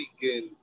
begin